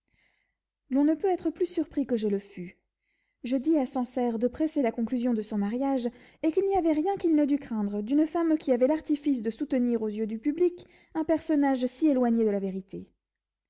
l'on ne peut être plus surpris que je le fus je dis à sancerre de presser la conclusion de son mariage et qu'il n'y avait rien qu'il ne dût craindre d'une femme qui avait l'artifice de soutenir aux yeux du public un personnage si éloigné de la vérité